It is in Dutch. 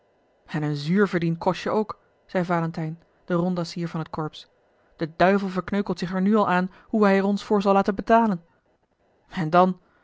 en een zuur verdiend kostje ook zeî valentijn de rondassier van het corps de duivel verkneukelt zich er nu al aan hoe hij er ons voor zal laten braden en dan